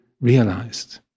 realized